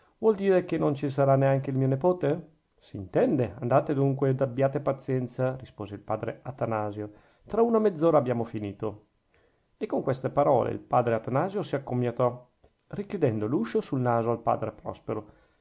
vuol dire che non ci sarà neanche il mio nepote s'intende andate dunque ed abbiate pazienza rispose il padre atanasio tra una mezz'ora abbiamo finito e con queste parole il padre atanasio si accomiatò richiudendo l'uscio sul naso al padre prospero